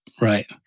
Right